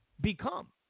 become